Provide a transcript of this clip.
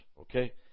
okay